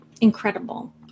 Incredible